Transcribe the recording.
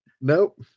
Nope